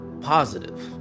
positive